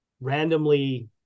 randomly